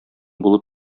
булып